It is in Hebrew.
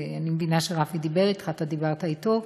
אני מבינה שרפי דיבר אתך, אתה דיברת אתו.